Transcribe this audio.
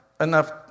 enough